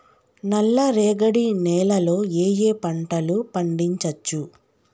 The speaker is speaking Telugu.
నల్లరేగడి నేల లో ఏ ఏ పంట లు పండించచ్చు?